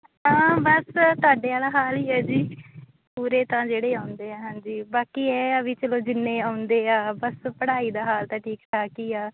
ਹਾਂ ਬਸ ਤੁਹਾਡੇ ਵਾਲਾ ਹਾਲ ਹੀ ਹੈ ਜੀ ਪੂਰੇ ਤਾਂ ਜਿਹੜੇ ਆਉਂਦੇ ਆ ਹਾਂਜੀ ਬਾਕੀ ਇਹ ਆ ਵੀ ਚਲੋ ਜਿੰਨੇ ਆਉਂਦੇ ਆ ਬਸ ਪੜ੍ਹਾਈ ਦਾ ਹਾਲ ਤਾਂ ਠੀਕ ਠਾਕ ਹੀ ਆ